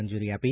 મંજૂરી આપી